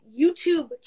YouTube